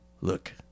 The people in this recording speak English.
Look